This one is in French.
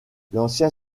l’ancien